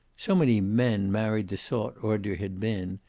so many men married the sort audrey had been,